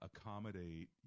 accommodate